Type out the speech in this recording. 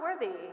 worthy